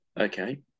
Okay